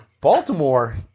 Baltimore